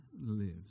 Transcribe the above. lives